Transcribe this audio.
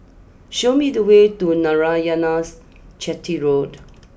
show me the way to Narayanan's Chetty Road